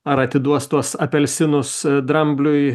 ar atiduos tuos apelsinus drambliui